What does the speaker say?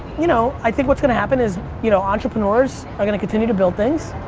you know, i think what's gonna happen is you know entrepreneurs are gonna continue to build things,